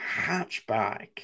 hatchback